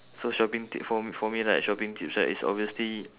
so shopping tip for for me right shopping tips right it's obviously